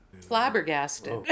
flabbergasted